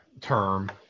term